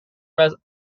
was